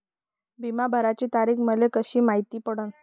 बिमा भराची तारीख मले कशी मायती पडन?